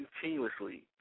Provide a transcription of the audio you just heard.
continuously